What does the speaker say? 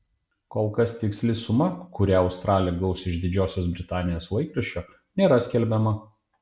kol kas tiksli suma kurią australė gaus iš didžiosios britanijos laikraščio nėra skelbiama